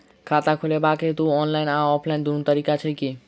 खाता खोलेबाक हेतु ऑनलाइन आ ऑफलाइन दुनू तरीका छै की?